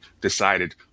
decided